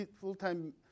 full-time